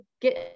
get